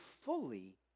fully